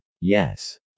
Yes